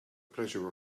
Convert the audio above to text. pleasure